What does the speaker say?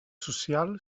social